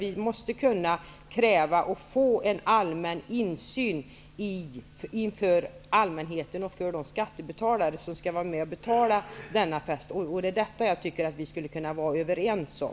Vi måste kunna kräva att få insyn för allmänheten och de skattebetalare som skall vara med och betala denna fest. Det är detta jag tycker att vi skulle kunna vara överens om.